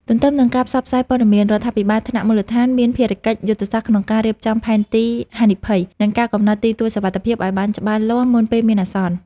ទន្ទឹមនឹងការផ្សព្វផ្សាយព័ត៌មាន រដ្ឋាភិបាលថ្នាក់មូលដ្ឋានមានភារកិច្ចយុទ្ធសាស្ត្រក្នុងការរៀបចំផែនទីហានិភ័យ និងការកំណត់ទីទួលសុវត្ថិភាពឱ្យបានច្បាស់លាស់មុនពេលមានអាសន្ន។